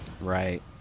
Right